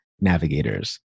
Navigators